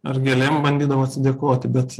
ar gėlėm bandydavo atsidėkoti bet